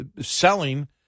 selling